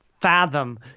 fathom